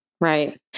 Right